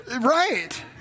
Right